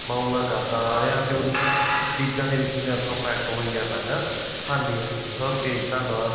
ਮੈਂ ਉਦੋਂ ਦਾ ਕਰਦਾ ਆ ਰਿਹਾ ਅਤੇ ਉੰਨੀਆ ਚੀਜ਼ਾਂ ਦੇ ਵਿੱਚ ਹੀ ਮੈਂ ਪਰਫੈਕਟ ਹੋਈ ਜਾਂਦਾ ਹੈਗਾ ਹਾਂਜੀ ਹਾਂਜੀ ਓਕੇ ਜੀ ਧੰਨਵਾਦ